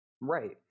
Right